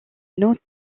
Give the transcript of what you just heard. non